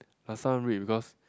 last time read because